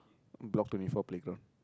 block twenty four playground